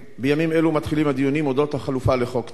בימים אלו מתחילים הדיונים אודות החלופה לחוק טל,